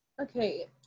okay